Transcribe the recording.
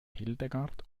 hildegard